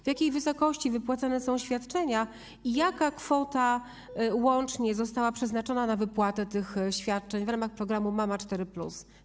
W jakiej wysokości wypłacane są świadczenia i jaka kwota łącznie została przeznaczona na wypłatę tych świadczeń w ramach programu mama 4+?